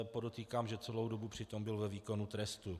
Podotýkám, že celou dobu přitom byl ve výkonu trestu.